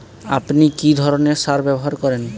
আপনি কী ধরনের সার ব্যবহার করেন?